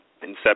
Inception